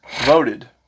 voted